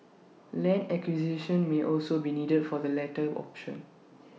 land acquisitions may also be needed for the latter option